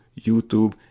YouTube